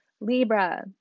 Libra